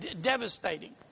devastating